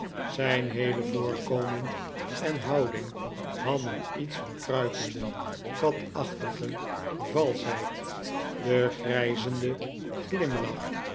zijn heele voorkomen en houding hadden iets van kruipende katachtige valschtieid de grijnzende